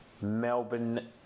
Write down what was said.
Melbourne